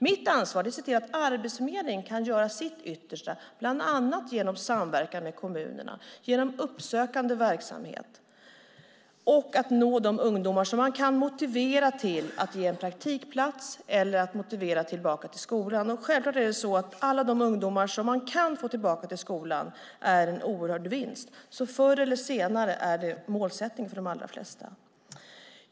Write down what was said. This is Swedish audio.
Mitt ansvar är att se till att Arbetsförmedlingen kan göra sitt yttersta, bland annat genom samverkan med kommunerna, att genom uppsökande verksamhet nå ungdomar för att motivera dem att ta en praktikplats eller gå tillbaka till skolan. Självklart är alla de ungdomar som man kan få tillbaka till skolan en oerhörd vinst. Förr eller senare är det målsättningen för de allra flesta.